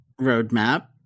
roadmap